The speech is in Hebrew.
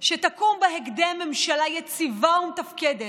שתקום בהקדם ממשלה יציבה ומתפקדת,